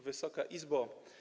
Wysoka Izbo!